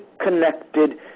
connected